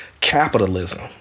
capitalism